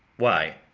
why,